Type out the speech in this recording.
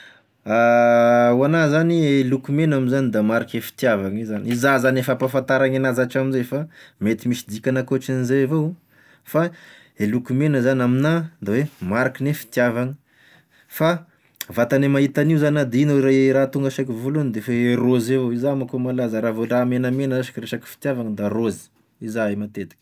Ho agnah zany i loko mena moa zany da mariky fitiavagn'io zany, iza zany efa ampahafantaragny an'azy hatram'izay, fa mety misy dikany ankoatran'izay avao fa e loko mena zany aminah da hoe mariky ny fitiavagna, fa vantagne mahita an'io zany ah de ina hoy rah- raha tonga ansaiko voalohany defa e raozy avao, izà manko i malaza raha vao raha menamena ash ka resaky fitiavagna da raozy izay matetiky